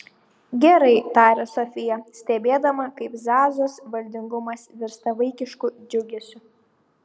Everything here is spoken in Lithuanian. gerai tarė sofija stebėdama kaip zazos valdingumas virsta vaikišku džiugesiu